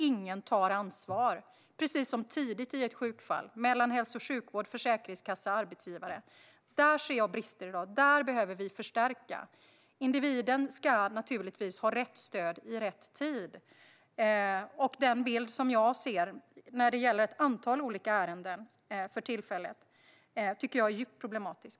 Ingen tar ansvar, till skillnad från tidigt i ett sjukfall då hälso och sjukvård, försäkringskassa och arbetsgivare samverkar. Där ser jag brister i dag; där behöver vi förstärka. Individen ska naturligtvis ha rätt stöd i rätt tid. Den bild som jag ser för tillfället, när det gäller ett antal olika ärenden, tycker jag är djupt problematisk.